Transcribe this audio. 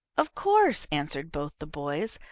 of course, answered both the boys,